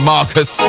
Marcus